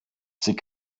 sie